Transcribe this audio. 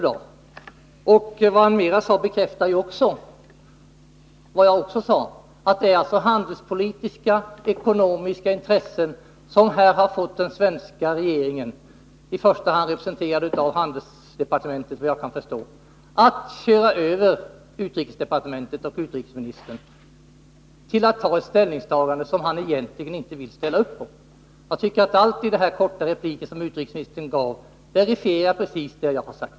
Det övriga utrikesministern sade bekräftar också mitt påstående att det är handelspolitiska och ekonomiska intressen som här har fått den svenska regeringen — vad jag kan förstå i första hand handelsdepartementet — att köra över utrikesdepartementet, att tvinga utrikesministern till ett ställningstagande som han egentligen inte vill ställa upp på. Allt vad utrikesministern sade i sin korta replik verifierar vad jag tidigare har sagt.